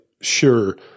sure